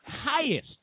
highest